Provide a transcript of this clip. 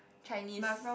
Chinese